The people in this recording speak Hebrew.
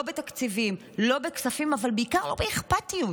לא בתקציבים, לא בכספים, אבל בעיקר לא באכפתיות,